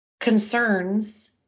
concerns